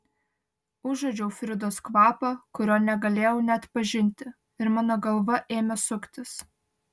užuodžiau fridos kvapą kurio negalėjau neatpažinti ir mano galva ėmė suktis